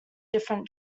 different